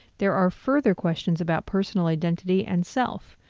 there are further questions about personal identity and self,